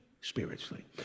spiritually